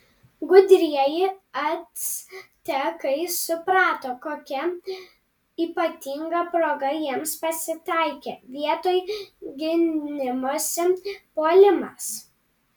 gudrieji actekai suprato kokia ypatinga proga jiems pasitaikė vietoj gynimosi puolimas